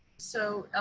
so